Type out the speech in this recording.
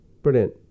Brilliant